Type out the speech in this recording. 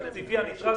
אני רוצה להזכיר,